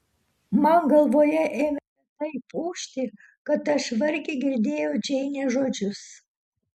man galvoje ėmė taip ūžti kad aš vargiai girdėjau džeinės žodžius